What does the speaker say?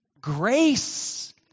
grace